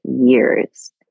years